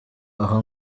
aho